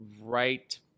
right